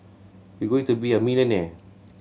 you're going to be a millionaire